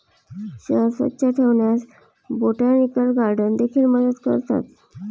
शहर स्वच्छ ठेवण्यास बोटॅनिकल गार्डन देखील मदत करतात